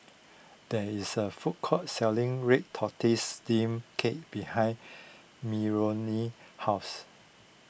there is a food court selling Red Tortoise Steamed Cake behind Meronie's house